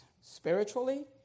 spiritually